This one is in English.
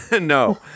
No